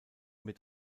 mit